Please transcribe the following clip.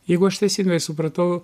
jeigu aš teisingai supratau